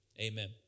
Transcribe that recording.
amen